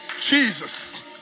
Jesus